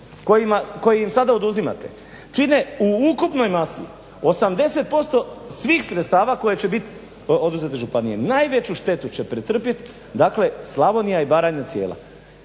koje im sada oduzimate čine u ukupnoj masi 80% svih sredstava koja će bit oduzeta županiji. Najveću štetu će pretrpjet, dakle Slavonija i Baranja cijela.